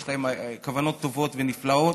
יש כוונות טובות ונפלאות,